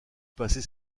passer